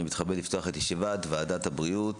אני מתכבד לפתוח את ישיבת ועדת הבריאות